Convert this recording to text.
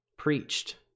Preached